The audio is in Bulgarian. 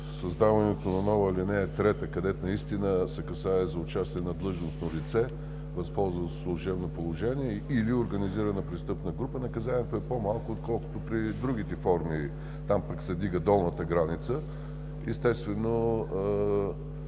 създаването на нова ал. 3, където се касае за участие на длъжностно лица, възползвало се от служебно положение или организирана престъпна група, наказанието е по-малко, отколкото при другите форми – там пък се вдига долната граница. Естествено,